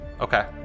Okay